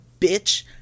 bitch